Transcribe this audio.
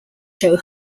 show